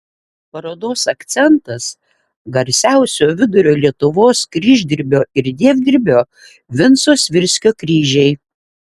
parodos akcentas garsiausio vidurio lietuvos kryždirbio ir dievdirbio vinco svirskio kryžiai